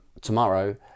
tomorrow